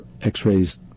x-rays